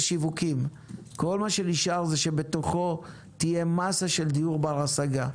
כל מה שנשאר בתוכו תהיה מאסה של דיור בר השגה.